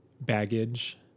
baggage